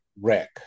wreck